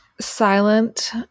silent